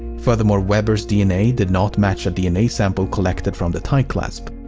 furthermore, weber's dna did not match a dna sample collected from the tie clasp.